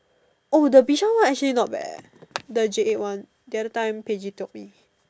oh the Bishan one actually not bad eh the J eight one the other time Paige told me